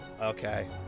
okay